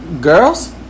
Girls